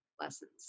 lessons